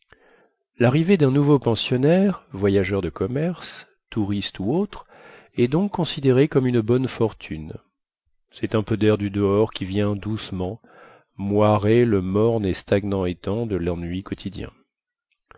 larrivée dun nouveau pensionnaire voyageur de commerce touriste ou autre est donc considérée comme une bonne fortune cest un peu dair du dehors qui vient doucement moirer le morne et stagnant étang de lennui quotidien